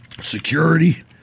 security